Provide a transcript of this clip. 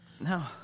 No